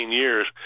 years